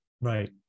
Right